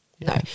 no